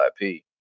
IP